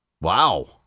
Wow